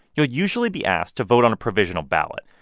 you'll usually be asked to vote on a provisional ballot.